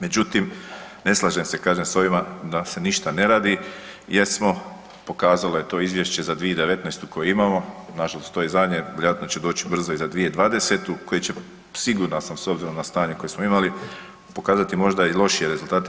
Međutim, ne slažem se kažem s ovima da se ništa ne radi jer smo pokazalo je to izvješće za 2019.-tu koje imamo nažalost to je zadnje vjerojatno će doći brzo i za 2020.-tu koje će siguran sam s obzirom na stanje koje smo imali pokazati možda i lošije rezultate.